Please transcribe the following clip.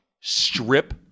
Strip